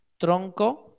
Tronco